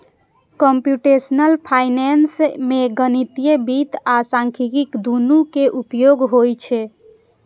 computational finance मे गणितीय वित्त आ सांख्यिकी, दुनू के उपयोग होइ छै